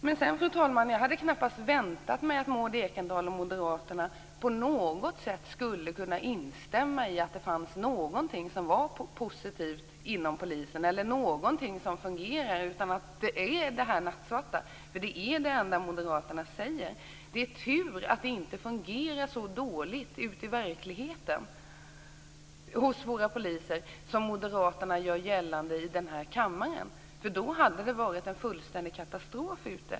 Jag hade, fru talman, knappast väntat mig att Maud Ekendahl och moderaterna på något sätt skulle kunna instämma i att det fanns någonting som var positivt inom polisen eller att någonting fungerar. Det är nattsvart. Det är det enda moderaterna säger. Det är tur att det inte fungerar så dåligt ute i verkligheten hos våra poliser som moderaterna gör gällande i den här kammaren. Då hade det varit en fullständig katastrof.